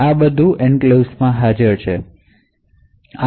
આ બધું એન્ક્લેવ્સ માં હાજર હોઈ શકે છે